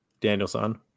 Danielson